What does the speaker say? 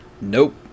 Nope